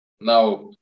Now